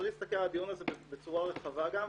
צריך להסתכל על הדיון הזה בצורה רחבה גם,